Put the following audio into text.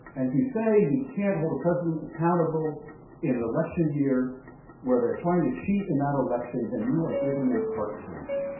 and if you say, you can't hold the president accountable in an election year where they are trying to cheat in that election then you are giving them carte blanche.